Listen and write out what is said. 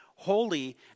holy